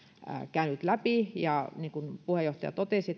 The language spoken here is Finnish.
käynyt läpi ja niin kuin puheenjohtaja totesi